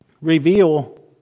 reveal